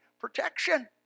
protection